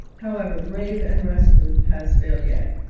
however brave and resolute, has failed yet.